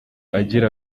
agira